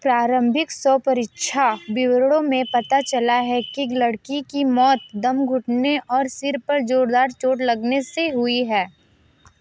प्रारंभिक शवपरीक्षा विवरणों में पता चला है कि लड़की की मौत दम घुटने और सिर पर ज़ोरदार चोट लगने से हुई है